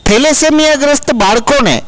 thalassemia ગ્રસ્ત બાળકોને